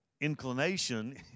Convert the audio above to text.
inclination